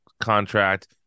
contract